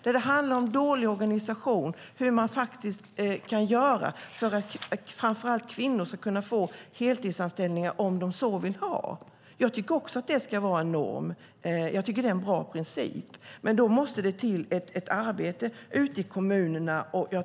Det handlar om dålig organisation för hur man ska göra för att framför allt kvinnor ska få heltidsanställningar om de så vill ha. Jag tycker också att det ska vara norm; jag tycker att det är en bra princip. Men då måste det till ett arbete ute i kommunerna.